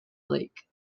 lake